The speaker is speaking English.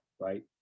right